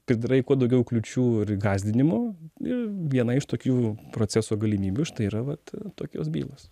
pridarai kuo daugiau kliūčių ir gąsdinimų ir viena iš tokių proceso galimybių štai yra vat tokios bylos